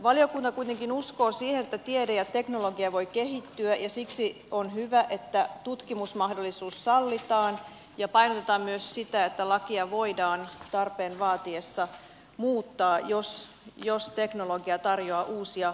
valiokunta kuitenkin uskoo siihen että tiede ja teknologia voi kehittyä ja siksi on hyvä että tutkimusmahdollisuus sallitaan ja painotetaan myös sitä että lakia voidaan tarpeen vaatiessa muuttaa jos teknologia tarjoaa uusia mahdollisuuksia